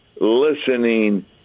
listening